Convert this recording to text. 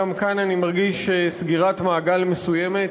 גם כאן אני מרגיש סגירת מעגל מסוימת.